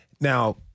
now